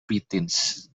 preteens